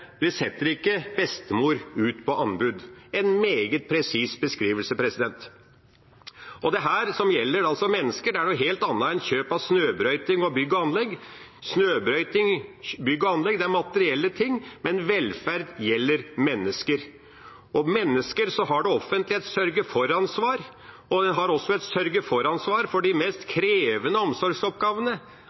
de klippes nebbet på. Senterpartiet har ideologiske grunner til dette – det er kvalitet og langsiktighet. Det ble jo anført sterkest av tidligere sosialminister Magnhild Meltveit Kleppa, som sa at en ikke setter bestemor ut på anbud – en meget presis beskrivelse. Det som gjelder mennesker, er noe helt annet enn kjøp av snøbrøyting, bygg og anlegg. Snøbrøyting, bygg og anlegg er materielle ting, mens velferd gjelder mennesker. Det offentlige har et sørge-for-ansvar for mennesker, og det